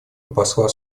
посла